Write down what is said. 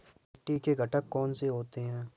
मिट्टी के घटक कौन से होते हैं?